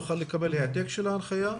נוכל לקבל העתק של ההנחיה?